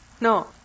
No